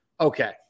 Okay